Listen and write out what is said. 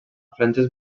franges